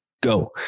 go